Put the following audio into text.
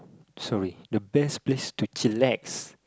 sorry the best place to chillax